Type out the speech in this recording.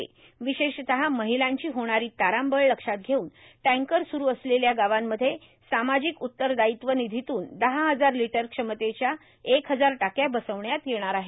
र्यावशेषतः र्माहलांची होणारां तारांबळ लक्षात घेऊन टँकर सुरू असलेल्या गावांमध्ये सामाजिक उत्तरदार्ययत्व निधीतून दहा हजार र्लिटर क्षमतेच्या एक हजार टाक्या बर्सावण्यात येणार आहेत